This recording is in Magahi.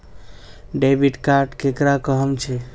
डेबिट कार्ड केकरा कहुम छे?